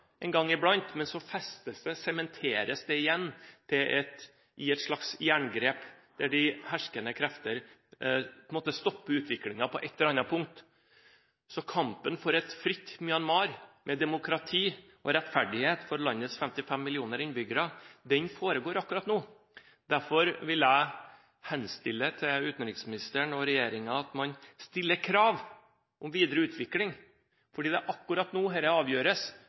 en gang iblant, men så sementeres det igjen til et slags jerngrep. De herskende krefter stopper på en måte utviklingen på ett eller annet punkt. Så kampen for et fritt Myanmar, med demokrati og rettferdighet for landets 55 millioner innbyggere, foregår akkurat nå. Derfor vil jeg henstille til utenriksministeren og regjeringen at man stiller krav om videre utvikling, for det er akkurat nå dette avgjøres,